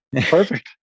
Perfect